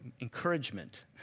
encouragement